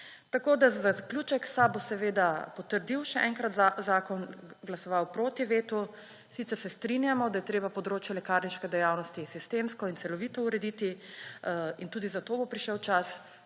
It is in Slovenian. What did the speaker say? Za zaključek, SAB bo seveda potrdil še enkrat zakon, glasoval bo proti vetu. Sicer se strinjamo, da je treba področje lekarniške dejavnosti sistemsko in celovito urediti in tudi za to bo prišel čas,